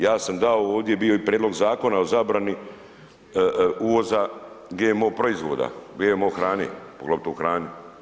Ja sam dao ovdje bio i Prijedlog zakona o zabrani uvoza GMO proizvoda, GMO hrane, poglavito u hrani.